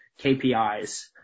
KPIs